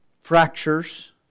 fractures